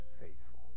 faithful